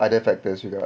other factors juga